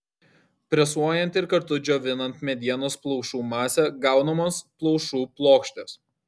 presuojant ir kartu džiovinant medienos plaušų masę gaunamos plaušų plokštės